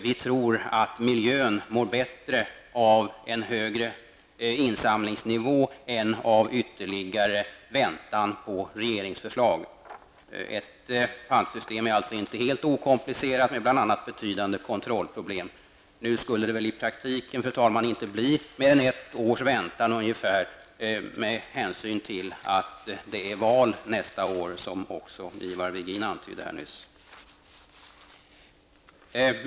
Vi tror att miljön mår bättre av en högre insamlingsnivå än av ytterligare väntan på regeringsförslag. Ett pantsystem är inte helt okomplicerat, med bl.a. betydande kontrollproblem. Nu skall det i praktiken, fru talman, inte bli mer än ett års väntan med hänsyn till att det är val nästa år -- som också Ivar Virgin nyss antydde.